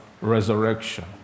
resurrection